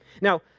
Now